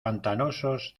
pantanosos